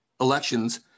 elections